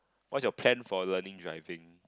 what's your plan for learning driving